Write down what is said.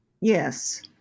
Yes